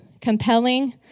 compelling